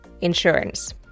insurance